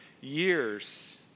years